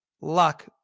luck